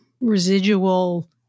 residual